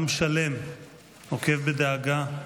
עם שלם עוקב בדאגה,